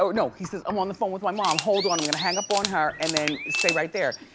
ah no, he says, i'm on the phone with my mom. hold on, i'm gonna hang up on her and then stay right there.